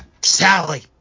Sally